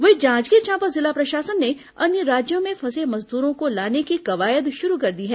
वहीं जांजगीर चांपा जिला प्रशासन ने अन्य राज्यों में फंसे मजदूरों को लाने की कवायद शुरू कर दी है